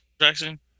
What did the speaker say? Jackson